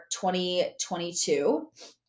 2022